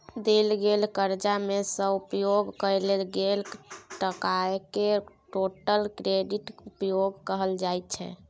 देल गेल करजा मे सँ उपयोग कएल गेल टकाकेँ टोटल क्रेडिट उपयोग कहल जाइ छै